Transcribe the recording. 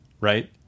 Right